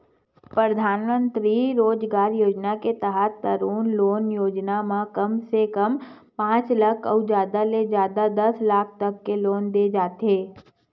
परधानमंतरी रोजगार योजना के तहत तरून लोन योजना म कम से कम पांच लाख अउ जादा ले जादा दस लाख तक के लोन दे जाथे